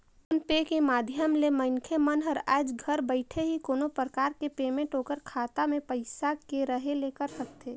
phone पे के माधियम ले मनखे मन हर आयज घर बइठे ही कोनो परकार के पेमेंट ओखर खाता मे पइसा के रहें ले कर सकथे